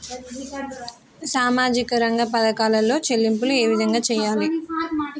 సామాజిక రంగ పథకాలలో చెల్లింపులు ఏ విధంగా చేయాలి?